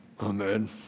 Amen